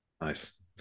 Nice